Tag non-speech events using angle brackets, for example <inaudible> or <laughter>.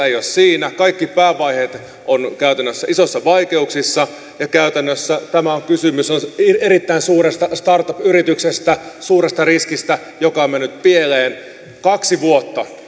<unintelligible> ei ole yhtään synkkausta kaikki päävaiheet ovat käytännössä isoissa vaikeuksissa ja käytännössä tässä kysymys on erittäin suuresta startup yrityksestä suuresta riskistä joka on mennyt pieleen kaksi vuotta